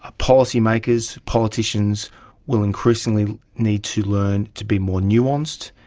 ah policymakers, politicians will increasingly need to learn to be more nuanced,